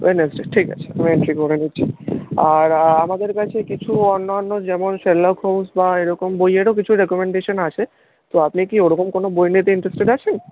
Wednesday ঠিক আছে আমি এন্ট্রি করে নিচ্ছি আর আমাদের কাছে কিছু অন্যান্য যেমন শার্লক হোমস বা এরকম বইয়েরও কিছু রেকোমেন্ডেশন আছে তো আপনি কি ওরকম কোনো বই নিতে ইন্টারেস্টেড আছেন